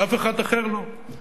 ואף אחד אחר לא.